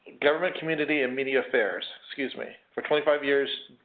government community and media affairs. excuse me. for twenty five years,